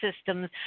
systems